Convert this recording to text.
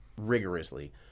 rigorously